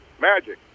Magic